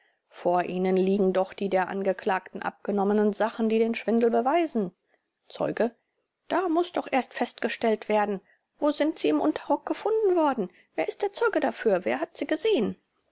vor ihnen liegen doch die der angeklagten abgenommenen sachen die den schwindel beweisen zeuge da muß doch erst festgestellt werden wo sind sie im unterrock gefunden worden wer ist der zeuge dafür wer hat sie gesehen